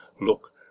look